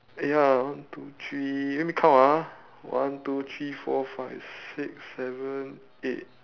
eh ya one two three let me count ah one two three four five six seven eight